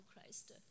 Christ